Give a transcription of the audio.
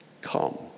come